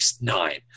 nine